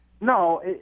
No